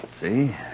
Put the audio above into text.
See